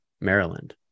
Maryland